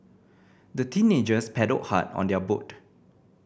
the teenagers paddled hard on their boat